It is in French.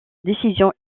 décision